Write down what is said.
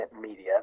media